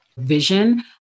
vision